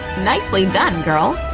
nicely done, girl!